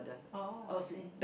oh I see